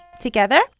Together